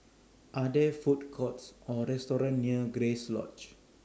Are There Food Courts Or restaurants near Grace Lodge